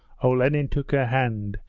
olenin took her hand,